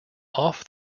off